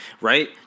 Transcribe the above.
right